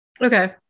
Okay